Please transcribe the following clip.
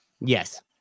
yes